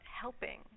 helping